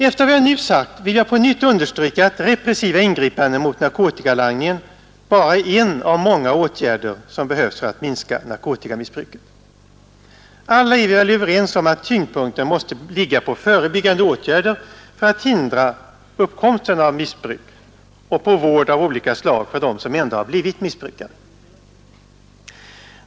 Efter vad jag nu sagt vill jag på nytt understryka att repressiva ingripanden mot narkotikalangningen bara är en åtgärd bland många som behövs för att minska narkotikamissbruket. Alla är vi väl överens om att tyngdpunkten måste ligga på förebyggande åtgärder för att hindra uppkomsten av missbruk och på vård av olika slag för den som ändå blivit missbrukare.